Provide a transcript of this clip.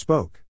Spoke